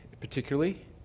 particularly